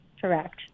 Correct